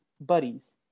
buddies